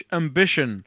ambition